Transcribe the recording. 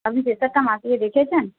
আপনি প্রেশারটা মাপিয়ে দেখেছেন